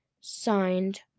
signed